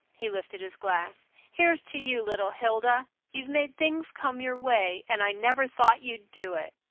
he lifted his glass, here's to you, little hilda. you've made things come your way, and i never thought you'd do it.